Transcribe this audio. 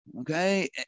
Okay